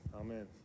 Amen